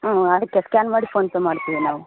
ಹ್ಞೂ ಆಯಿತು ಸ್ಕ್ಯಾನ್ ಮಾಡಿ ಪೋನ್ಪೇ ಮಾಡ್ತೀವಿ ನಾವು